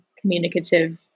communicative